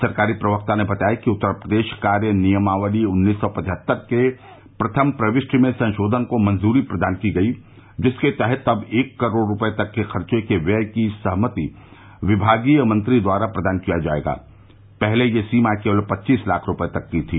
सरकारी प्रवक्ता ने बताया कि उत्तर प्रदेश कार्य नियमावली उन्नीस सौ पचहत्तर के प्रथम प्रविष्टि में संशोधन को मंजूरी प्रदान की गई जिसके तहत अब एक करोड़ रूपये तक के खर्चे के व्यय की सहमति विभागीय मंत्री द्वारा प्रदान किया जायेगा पहले यह सीमा केवल पच्चीस लाख रूपये तक की थी